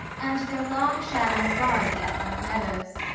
and their long shadows barred the upland meadows.